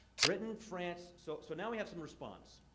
britain, france so, so now, we have some response.